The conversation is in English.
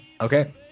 okay